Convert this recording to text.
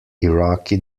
iraqi